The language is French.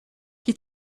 qui